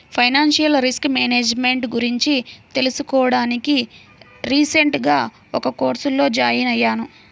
financial risk management గురించి తెలుసుకోడానికి recent గా ఒక కోర్సులో జాయిన్ అయ్యాను